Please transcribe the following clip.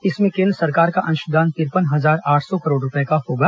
इसमें केंद्र सरकार का अंशदान तिरपन हजार आठ सौ करोड रूपये का होगा